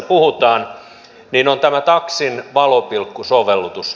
se on tämä taksin valopilkku sovellutus